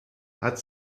hat